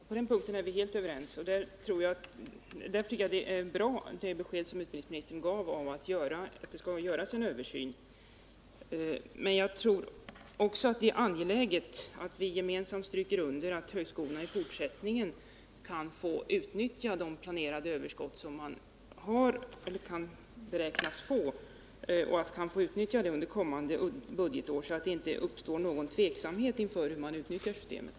Herr talman! På den punkten är vi helt överens, och därför tycker jag att det besked om att det skall göras en översyn som utbildningsministern gav är bra. Men jag tror också det är angeläget att vi gemensamt stryker under att högskolorna i fortsättningen skall få utnyttja de planerade överskott som de har eller kan beräknas få under kommande budgetår, så att det inte uppstår någon tveksamhet om hur de skall utnyttja systemet.